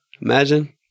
Imagine